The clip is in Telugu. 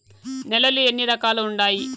నేలలు ఎన్ని రకాలు వుండాయి?